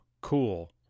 cool